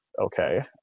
okay